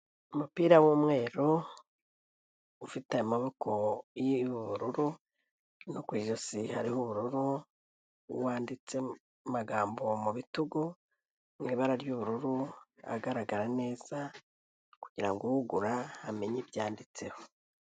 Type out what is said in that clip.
Umupira w'umweru ufite amaboko y'ubururu no ku ijosi hariho ubururu, wanditseho amagambo mu bitugu mu ibara ry'ubururu agaragara neza kugira ngo ugura amenye ibyanditseho.